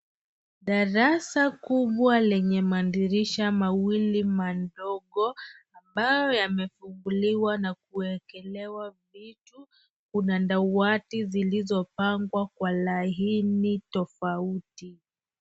Darasa kubwa lenye madirisha mawili madogo ambayo yamefunguliwa na kuwekelewa vitu. Kuna dawati zilizopangwa kwa laini tofauti.